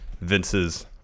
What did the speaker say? Vince's